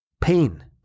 Pain